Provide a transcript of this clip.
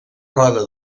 roda